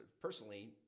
personally –